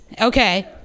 Okay